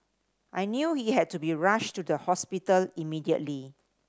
I knew he had to be rushed to the hospital immediately